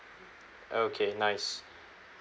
okay nice